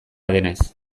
denez